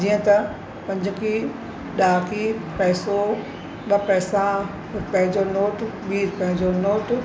जीअं त पंजकी ॾहकी पैसो ॿ पैसा रुपै जो नोट ॿी रुपिए जो नोट